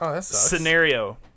scenario